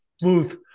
Booth